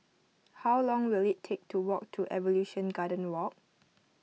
how long will it take to walk to Evolution Garden Walk